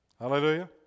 Hallelujah